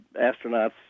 astronauts